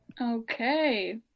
Okay